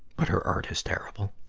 but her art is terrible.